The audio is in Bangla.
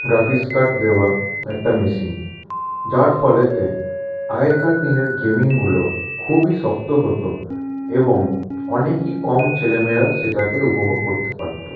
গ্রাফিক্স কাট দেওয়া একটা মেশিন যার ফলে আগেকার দিনের গেমিংগুলো খুবই শক্ত হতো এবং অনেকই কম ছেলে মেয়েরা সেটাকে উপভোগ করতে পারত